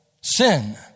sin